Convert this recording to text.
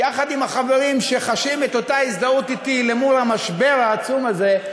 יחד עם החברים שחשים את אותה הזדהות אתי למול המשבר העצום הזה,